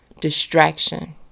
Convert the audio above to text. Distraction